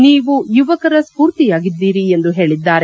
ನೀವು ಯುವಕರ ಸ್ಫೂರ್ತಿಯಾಗಿದ್ದೀರಿ ಎಂದು ಹೇಳಿದ್ದಾರೆ